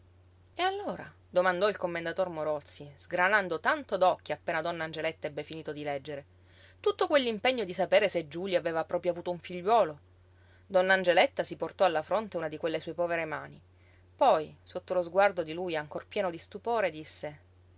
e allora domandò il commendator morozzi sgranando tanto d'occhi appena donna angeletta ebbe finito di leggere tutto quell'impegno di sapere se giulio aveva proprio avuto un figliuolo donna angeletta si portò alla fronte una di quelle sue povere mani poi sotto lo sguardo di lui ancor pieno di stupore disse